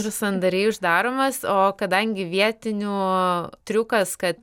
ir sandariai uždaromos o kadangi vietinių triukas kad